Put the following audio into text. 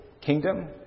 kingdom